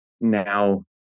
now